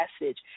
message